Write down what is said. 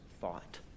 thought